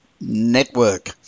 network